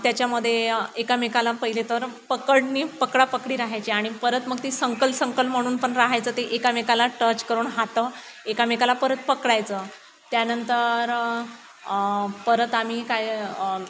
त्याच्यामध्ये एकमेकाला पहिले तर पकडनी पकडापकडी राहायची आणि परत मग ती संकल संकल म्हणून पण राहायचं ते एकमेकाला टच करून हात एकमेकाला परत पकडायचं त्यानंतर परत आम्ही काय